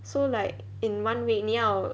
so like in one week 你要